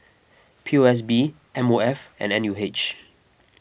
P O S B M O F and N U H